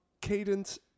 cadence